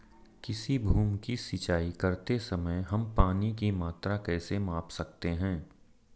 किसी भूमि की सिंचाई करते समय हम पानी की मात्रा कैसे माप सकते हैं?